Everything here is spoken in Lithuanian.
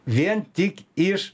vien tik iš